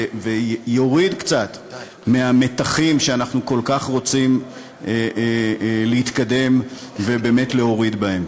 ויוריד קצת מהמתחים שאנחנו כל כך רוצים להתקדם ובאמת להוריד מהם.